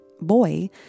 boy